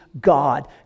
God